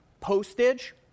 postage